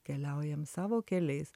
keliaujam savo keliais